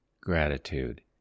gratitude